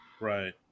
Right